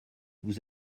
vous